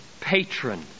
patron